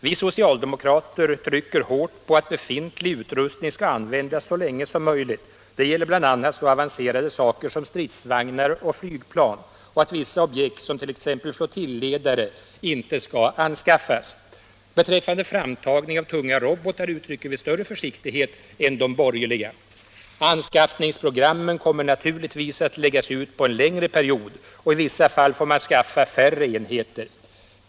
Vi socialdemokrater trycker hårt på att befintlig utrustning skall användas så länge som möjligt, det gäller bl.a. så avancerade saker som stridsvagnar och flygplan, och att vissa objekt som t.ex. flottiljledare inte skall anskaffas. Beträffande framtagning av tunga robotar uttrycker vi större försiktighet än de borgerliga. Anskaffningsprogrammen kommer naturligtvis att läggas ut på en längre period, och i vissa fall får man skaffa färre enheter.